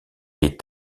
est